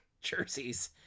jerseys